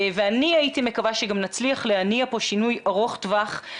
ואני הייתי מקווה שגם נצליח להניע פה שינוי ארוך טווח.